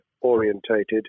orientated